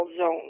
zone